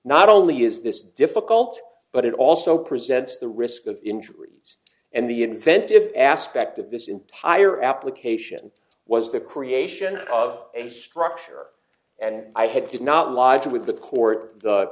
not only is this difficult but it also presents the risk of injury and the inventive aspect of this entire application was the creation of a structure and i had not lived with the court